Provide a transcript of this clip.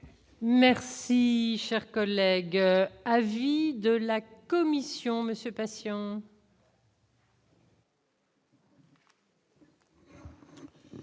Merci, cher collègue, avis de la Commission, monsieur passion.